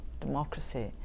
democracy